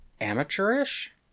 amateurish